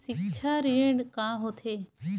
सिक्छा ऋण का होथे?